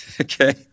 okay